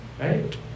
Right